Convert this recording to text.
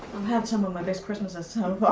had some of my best chrismasses